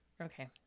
Okay